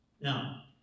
Now